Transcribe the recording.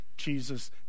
Jesus